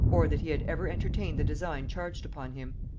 or that he had ever entertained the design charged upon him.